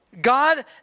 God